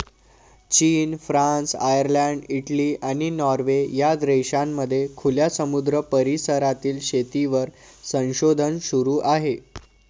चीन, France, Ireland, Italy, आणि Norway या देशांमध्ये खुल्या समुद्र परिसरातील शेतीवर संशोधन सुरू आहे